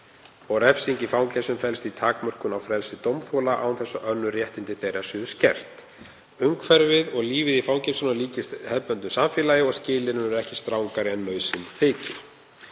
og refsing í fangelsum felst í takmörkun á frelsi dómþola án þess að önnur réttindi þeirra séu skert. Umhverfið og lífið í fangelsunum líkist hefðbundnu samfélagi og skilyrði eru ekki strangari en nauðsyn þykir.